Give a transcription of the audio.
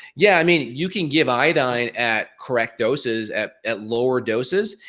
yeah, i mean, you can give iodine at correct doses at at lower doses,